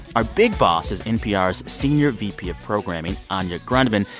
our big boss is npr's senior vp of programming, anya grundmann.